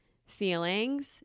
feelings